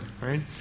right